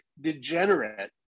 degenerate